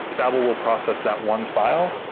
babel will process that one file,